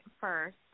first